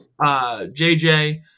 JJ